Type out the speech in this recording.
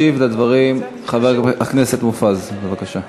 ישיב על הדברים חבר הכנסת מופז, בבקשה.